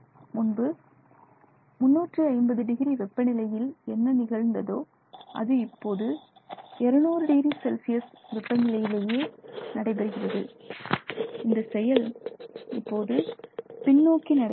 முன்பு 350 டிகிரி வெப்பநிலையில் என்ன நிகழ்ந்ததோ அது இப்போது 200 டிகிரி செல்சியஸ் வெப்ப நிலையிலேயே நடைபெறுகிறது இந்த செயல் இப்போது பின்னோக்கி நடக்கிறது